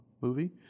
movie